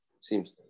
Seems